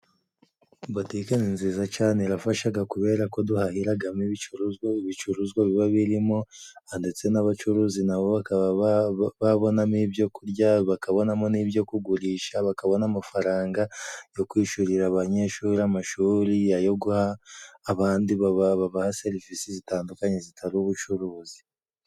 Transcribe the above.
Butike ni nziza cane irafashaga， kubera ko duhahiragamo ibicuruzwa， ibicuruzwa biba birimo，ndetse n'abacuruzi nabo bakaba babonamo ibyo kurya，bakabonamo n'ibyo kugurisha，bakabona amafaranga yo kwishurira abanyeshuri amashuri， ayo guha abandi babaha serivisi zitandukanye zitari ubucuruzi.